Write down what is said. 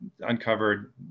uncovered